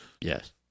Yes